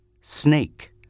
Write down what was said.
Snake